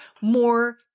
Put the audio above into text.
more